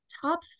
top